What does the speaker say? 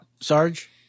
Sarge